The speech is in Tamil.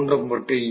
தூண்டப்பட்ட ஈ